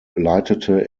leitete